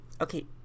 Okay